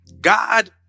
God